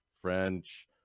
French